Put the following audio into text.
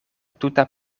tuta